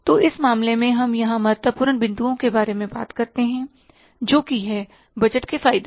तो इस मामले में हम यहां महत्वपूर्ण बिंदुओं के बारे में बात करते हैं जोकि है बजट के फायदे